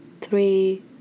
three